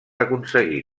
aconseguir